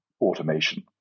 automation